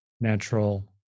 natural